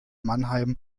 mannheim